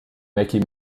meckie